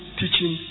teaching